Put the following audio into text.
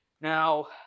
Now